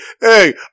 hey